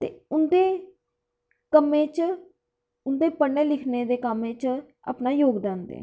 ते उंदे कम्मै च उंदे पढ़ने लिखने दे कम्म च अपना जोगदान देन